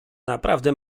naprawdę